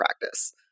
practice